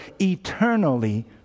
eternally